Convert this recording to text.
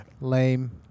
lame